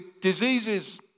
diseases